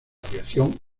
aviación